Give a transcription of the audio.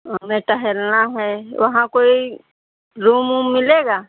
हमें टहलना है वहाँ कोई रूम ऊम मिलेगा